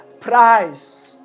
price